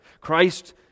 Christ